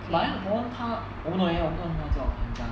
but then the problem 他我不懂 leh 我不懂他怎么教人家